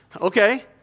Okay